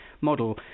model